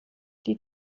die